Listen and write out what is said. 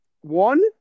One